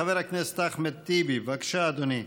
חבר הכנסת אחמד טיבי, בבקשה, אדוני.